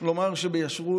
לומר ביושר,